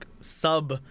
sub